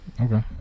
okay